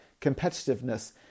competitiveness